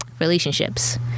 relationships